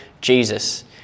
Jesus